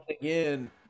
Again